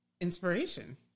Inspiration